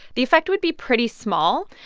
the effect would be pretty small.